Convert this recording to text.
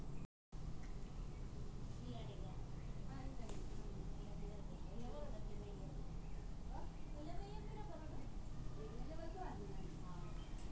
Phytophthora ಅಂಗಮಾರಿ ರೋಗವನ್ನು ತಡೆಗಟ್ಟುವ ಕ್ರಮಗಳೇನು?